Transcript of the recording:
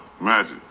magic